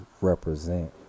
represent